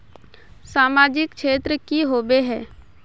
सामाजिक क्षेत्र की होबे है?